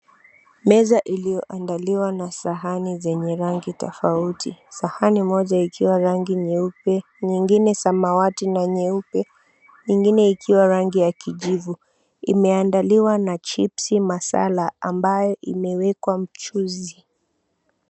Meza ilioandaliwa na sahani ya rangi tofuati sahani moja ikiwa rangi nyeupe nyengine samawati na nyeupe nyengine ikiwa rangi ya kijivu imeandaliwa na chipsi masala ambayo imewekwa mchuuzi.